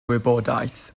wybodaeth